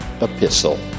epistle